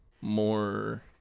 more